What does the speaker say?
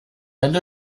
and